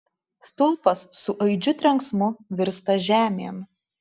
stulpas su aidžiu trenksmu virsta žemėn